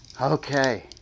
Okay